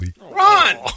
Run